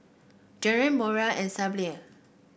Glenn Moira and Syble